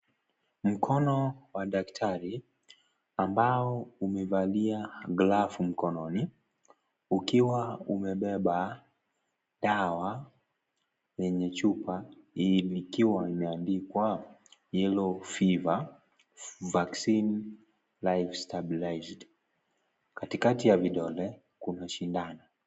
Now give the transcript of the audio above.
Mkono wa daktari ambao umevalia glavu mkononi ukiwa umebeba dawa yenye chupa ikiwa imeandikwa " Yellow Fever Vaccine live stabilized ". Kati kati ya vidole, kuna sindano.